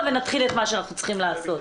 ונתחיל את מה שאנחנו צריכים לעשות.